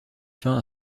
fin